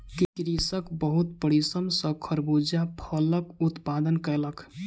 कृषक बहुत परिश्रम सॅ खरबूजा फलक उत्पादन कयलक